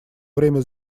время